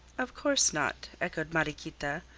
of course not, echoed mariequita,